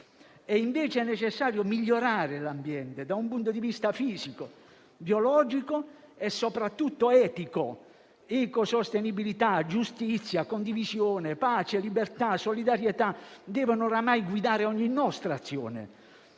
invece necessario migliorare l'ambiente da un punto di vista fisico, biologico e soprattutto etico. Ecosostenibilità, giustizia, condivisione, pace, libertà e solidarietà devono oramai guidare ogni nostra azione: